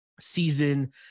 season